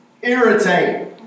Irritate